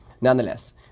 Nonetheless